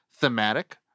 thematic